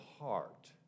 heart